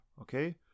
okay